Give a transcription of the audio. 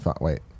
wait